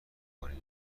کنین